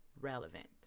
relevant